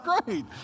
great